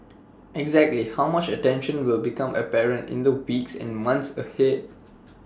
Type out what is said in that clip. exactly how much attention will become apparent in the weeks and months ahead